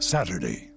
Saturday